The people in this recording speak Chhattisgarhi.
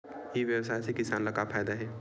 ई व्यवसाय से किसान ला का फ़ायदा हे?